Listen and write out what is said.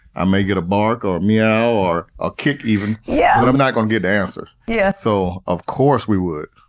i may get a bark, or meow, or a kick even, yeah but i'm not going to get answer. yeah so of course we would.